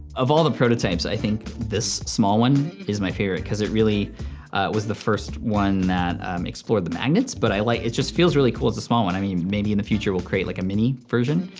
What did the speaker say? of all the prototypes i think this small one is my favorite cause it really was the first one that explored the magnets, but like it just feels really cool. it's a small one. i mean maybe in the future we'll create like a mini version,